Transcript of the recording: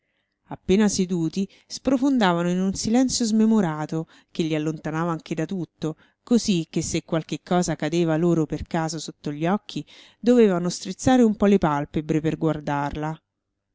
appena seduti sprofondavano in un silenzio smemorato che li allontanava anche da tutto così che se qualche cosa cadeva loro per caso sotto gli occhi dovevano strizzare un po le palpebre per guardarla